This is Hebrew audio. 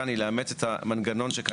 ההצעה כאן היא לאמץ את המנגנון שקיים